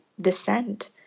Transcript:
descent